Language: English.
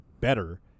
better